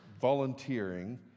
volunteering